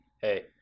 hey